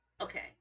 okay